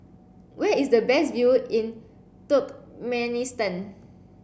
where is the best view in Turkmenistan